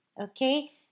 okay